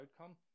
outcome